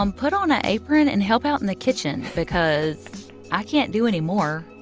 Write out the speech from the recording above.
um put on an apron and help out in the kitchen because i can't do any more.